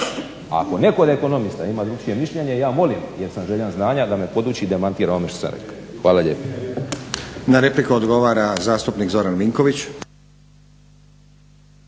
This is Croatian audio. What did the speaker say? Ako netko od ekonomiste ima drugačije mišljenje ja molim jer sam željan znanja da me poduči i demantira ono što sam rekao. Hvala lijepo.